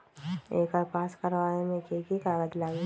एकर पास करवावे मे की की कागज लगी?